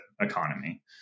economy